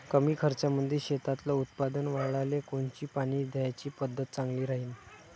कमी खर्चामंदी शेतातलं उत्पादन वाढाले कोनची पानी द्याची पद्धत चांगली राहीन?